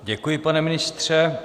Děkuji, pane ministře.